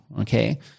okay